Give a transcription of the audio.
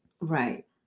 right